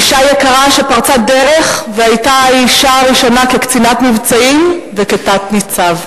אשה יקרה שפרצה דרך והיתה האשה הראשונה כקצינת מבצעים וכתת-ניצב.